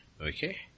okay